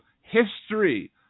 history